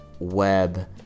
web